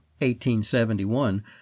1871